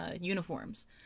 uniforms